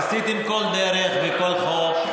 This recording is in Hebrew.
ניסיתם כל דרך וכל חוק: